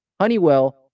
Honeywell